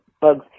Bugs